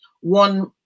one